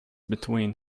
between